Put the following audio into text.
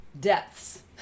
depths